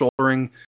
shouldering